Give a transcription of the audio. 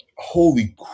holy